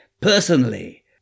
Personally